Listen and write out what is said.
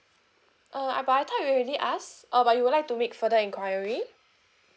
oh I but I thought you already ask or but you would like to make further inquiry